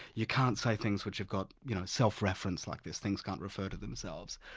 you can't say things which have got you know self-reference like these things can't refer to themselves.